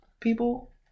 people